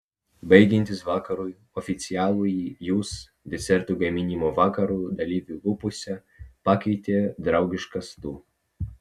baigiantis vakarui oficialųjį jūs deserto gaminimo vakarų dalyvių lūpose pakeitė draugiškas tu